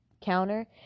counter